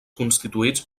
constituïts